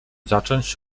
zacząć